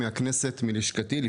באותה מידה של מחויבות, אני